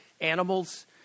animals